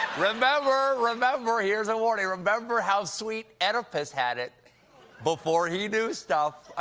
remember, remember here's a warning remember how sweet oedipus had it before he knew stuff